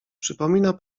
przypomina